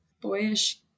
boyish